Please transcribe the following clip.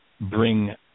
bring